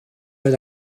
oedd